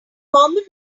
common